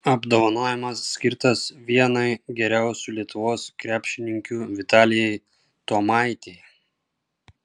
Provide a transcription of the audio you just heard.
apdovanojimas skirtas vienai geriausių lietuvos krepšininkių vitalijai tuomaitei